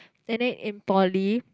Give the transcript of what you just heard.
and then in Poly